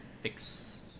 fix